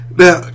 now